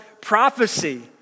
prophecy